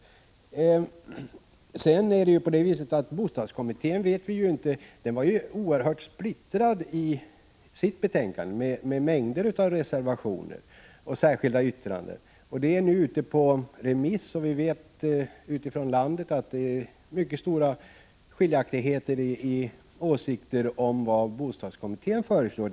Dessutom vet vi att bostadskommittén var oerhört splittrad i sitt betänkande, med mängder av reservationer och särskilda yttranden. Betänkandet är nu ute på remiss, och vi vet utifrån landet att det finns mycket stora åsiktsskiljaktigheter beträffande vad kommittén föreslår.